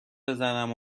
بزنم